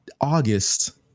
August